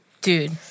Dude